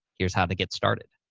here's how to get started.